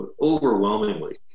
overwhelmingly